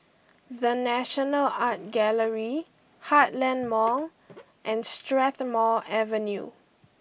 The National Art Gallery Heartland Mall and Strathmore Avenue